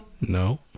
no